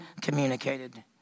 communicated